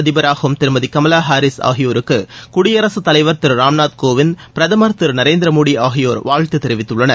அதிபராகும் திருமதி கமலா ஹாரிஸ் ஆகியோருக்கு குடியரசுத் தலைவர் திரு ராம்நாத் கோவிந்த் பிரதமர் திரு நரேந்திர மோடி ஆகியோர் வாழ்த்து தெரிவித்துள்ளனர்